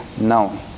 known